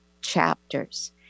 chapters